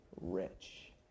rich